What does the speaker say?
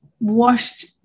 washed